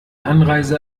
anreise